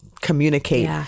communicate